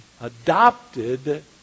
adopted